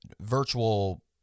virtual